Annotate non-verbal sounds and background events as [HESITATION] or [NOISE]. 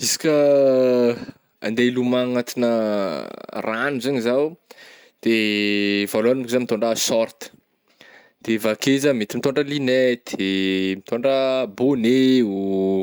Izy ka [NOISE] andeha ilomagno agnatinà [HESITATION] ragno zegny zaho [NOISE] dee voalôhagny mo zah mitôndra short [NOISE] de avy akeo zah mety mitôndra linety ihn mitôndra bôneo oh.